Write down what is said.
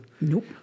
Nope